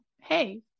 hey